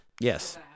Yes